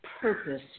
purpose